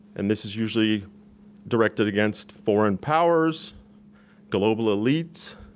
and this is usually directed against foreign powers global elites,